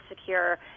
secure